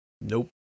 nope